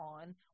on